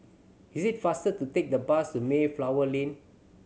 it is faster to take the bus to Mayflower Lane